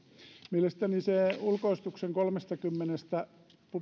mielestäni ulkoistuksen pudottaminen kolmestakymmenestä